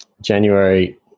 January